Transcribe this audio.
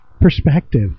Perspective